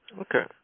Okay